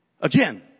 Again